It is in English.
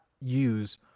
use